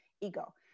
ego